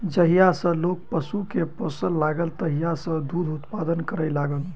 जहिया सॅ लोक पशु के पोसय लागल तहिये सॅ दूधक उत्पादन करय लागल